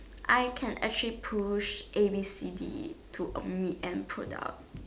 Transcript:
I can actually push A B C D to a meet to product